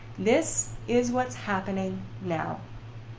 this is what's happening now.